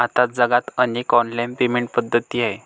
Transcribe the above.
आता जगात अनेक ऑनलाइन पेमेंट पद्धती आहेत